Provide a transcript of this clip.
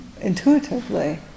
intuitively